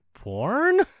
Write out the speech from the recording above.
Porn